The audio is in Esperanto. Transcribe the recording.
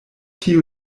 tiu